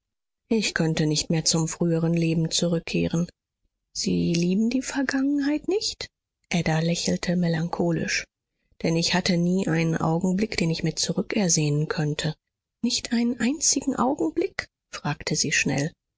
ich könnte nicht mehr zum früheren leben zurückkehren sie lieben die vergangenheit nicht ada lächelte melancholisch denn ich hatte nie einen augenblick den ich mir zurückersehnen könnte nicht einen einzigen augenblick fragte sie schnell